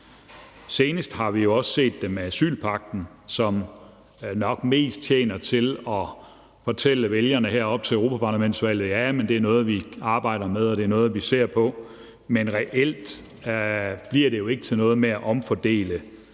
Senest har vi jo også set det med asylpagten, som nok mest tjener til at fortælle vælgerne her op til europaparlamentsvalget, at det er noget, man arbejder med, og at det er noget, man ser på. Reelt bliver det jo ikke til noget med at omfordele